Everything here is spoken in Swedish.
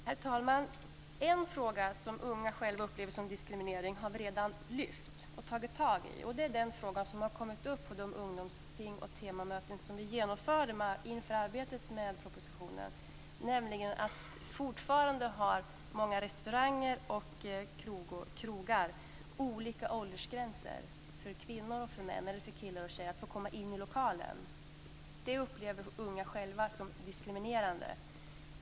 Herr talman! En sak som unga själva upplever som diskriminering har vi redan tagit itu med, och det är den fråga som kommit upp på de ungdomsting och temamöten som vi genomförde inför arbetet med propositionen, nämligen att fortfarande har många restauranger och krogar olika åldersgränser för killar och tjejer för att komma in i lokalen. Det upplever unga själva som diskriminerande.